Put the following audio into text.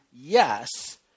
yes